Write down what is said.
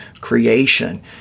creation